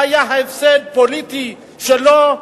זה היה הפסד פוליטי שלו,